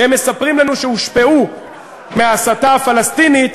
והם מספרים לנו שהם הושפעו מההסתה הפלסטינית.